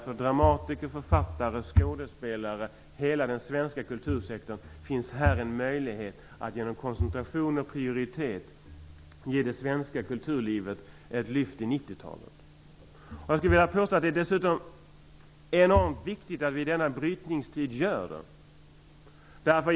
För dramatiker, författare, skådespelare, för hela den svenska kultursektorn finns här en möjlighet att genom koncentration och prioritet ge det svenska kulturlivet ett lyft i 90-talet. Jag skulle vilja påstå att det dessutom är enormt viktigt att vi i denna brytningstid gör det.